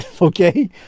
okay